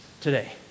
today